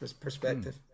perspective